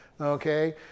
okay